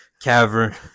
Cavern